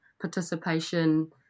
Participation